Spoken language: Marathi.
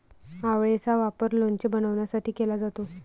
आवळेचा वापर लोणचे बनवण्यासाठी केला जातो